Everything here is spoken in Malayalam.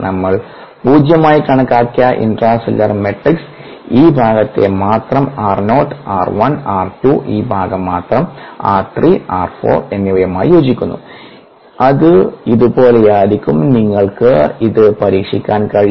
നമ്മൾ പൂജ്യമായി കണക്കാക്കിയ ഇൻട്രാ സെല്ലുലാർ മാട്രിക്സ് ഈ ഭാഗത്തെ മാത്രം r നോട്ട് r 1 r 2 ഈ ഭാഗം മാത്രം r 3 r 4 എന്നിവയുമായി യോജിക്കുന്നു അത് ഇതുപോലെയായിരിക്കും നിങ്ങൾക്ക് ഇത് പരീക്ഷിക്കാൻ കഴിയും